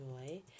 enjoy